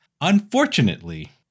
unfortunately